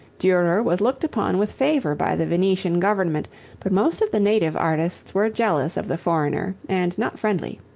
durer was looked upon with favor by the venetian government but most of the native artists were jealous of the foreigner and not friendly.